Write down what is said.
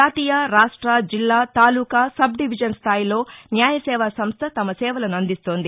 జాతీయ రాష్ట్ర జిల్లా తాలూకా సబ్ డివిజన్ స్థాయిలో న్యాయసేవా సంస్ట తమ సేవలను అందిస్తోంది